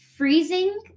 freezing